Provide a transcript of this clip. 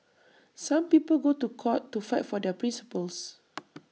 some people go to court to fight for their principles